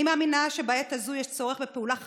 אני מאמינה שבעת הזאת יש צורך בפעולה חזקה,